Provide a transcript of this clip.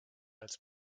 als